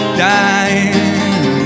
dying